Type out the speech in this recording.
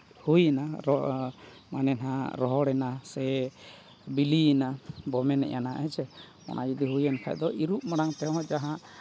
ᱦᱩᱭ ᱮᱱᱟ ᱟᱨ ᱢᱟᱱᱮ ᱱᱟᱦᱟᱜ ᱨᱚᱦᱚᱲᱮᱱᱟ ᱥᱮ ᱵᱤᱞᱤᱭᱮᱱᱟ ᱵᱚ ᱢᱮᱱᱜᱼᱟ ᱱᱟᱦᱟᱜ ᱦᱮᱸ ᱥᱮ ᱚᱱᱟ ᱡᱩᱫᱤ ᱦᱩᱭᱮᱱ ᱠᱷᱟᱱ ᱫᱚ ᱤᱨᱚᱜ ᱢᱟᱲᱟᱝ ᱛᱮ ᱦᱚᱸ ᱡᱟᱦᱟᱸ